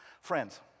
Friends